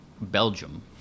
Belgium